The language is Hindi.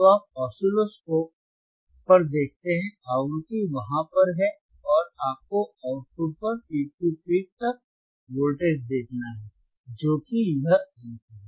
तो आप ऑसिलोस्कोप पर देखते हैं आवृत्ति वहाँ पर है और आपको आउटपुट पर पीक टू पीक तक वोल्टेज देखना है जो कि यह एक है